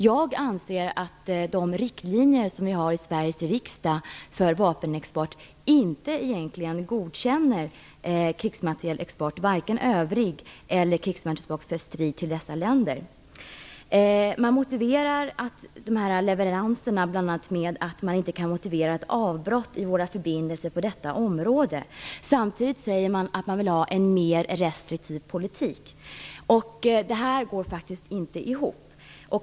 Jag anser att de riktlinjer för vapenexport som vi har i Sveriges riksdag egentligen inte godkänner krigsmaterielexport till dessa länder, varken övrig eller materiel för strid. Man förklarar de här leveranserna bl.a. med att man inte kan motivera ett avbrott i våra förbindelser på detta område. Samtidigt säger man att man vill ha en mer restriktiv politik. Det här går faktiskt inte ihop.